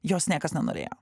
jos niekas nenorėjo